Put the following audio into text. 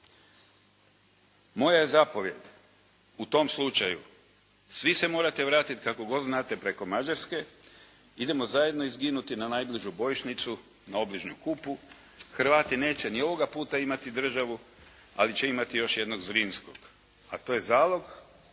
Moja je zapovijed u tom slučaju svi se morate vratiti kako god znate preko Mađarske, idemo zajedno izginuti na najbližu bojišnicu, na obližnju Kupu, Hrvati neće ni ovoga puta imati državu, ali će imati još jednog Zrinjskog, a to je zalog